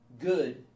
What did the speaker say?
good